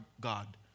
God